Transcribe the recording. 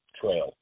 trail